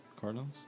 Cardinals